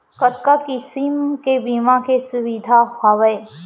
कतका किसिम के बीमा के सुविधा हावे?